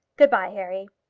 good-by, harry.